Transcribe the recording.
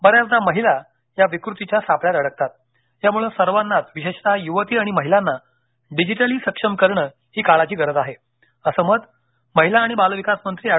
बऱ्याचदा महिला या विकृतीच्या सापळ्यात अडकतात यामुळे सर्वांनाच विशेषतः युवती आणि महिलांना डिजिटली सक्षम करण ही काळाची गरज आहे असं मत महिला आणि बालविकास मंत्री अँड